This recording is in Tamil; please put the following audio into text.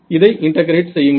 இதை இன்டெகிரேட் செய்யுங்கள்